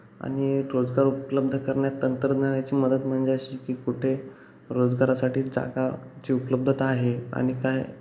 आणि रोजगार उपलब्ध करण्यात तंत्रज्ञानाची मदत म्हणजे अशी की कुठे रोजगारासाठी जागा जी उपलब्धता आहे आणि काय